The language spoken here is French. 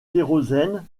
kérosène